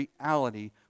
reality